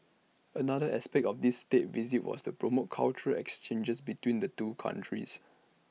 another aspect of this State Visit was to promote cultural exchanges between the two countries